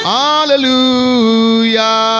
hallelujah